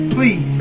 Please